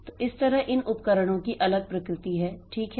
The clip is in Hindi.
तो इस तरह इन उपकरणों की अलग प्रकृति हैं ठीक है